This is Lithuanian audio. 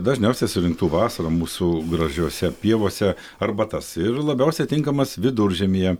dažniausiai surinktų vasarą mūsų gražiose pievose arbatas ir labiausiai tinkamas viduržiemyje